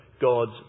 God's